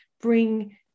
bring